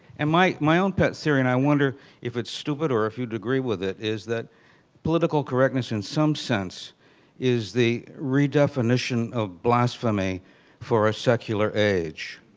and my my own pet theory, and i wonder if it's stupid or if you'd agree with it is that political correctness in some sense is the redefinition of blasphemy for a secular age.